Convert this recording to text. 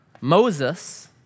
Moses